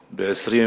נערכו,